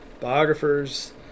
biographers